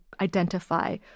identify